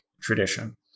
tradition